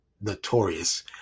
notorious